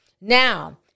Now